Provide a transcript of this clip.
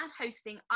hosting